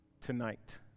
tonight